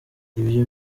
ibyo